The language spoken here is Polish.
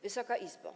Wysoka Izbo!